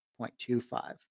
0.25